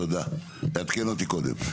תעדכן אותי קודם.